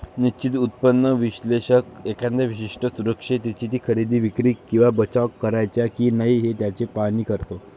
निश्चित उत्पन्न विश्लेषक एखाद्या विशिष्ट सुरक्षिततेची खरेदी, विक्री किंवा बचाव करायचा की नाही याचे पाहणी करतो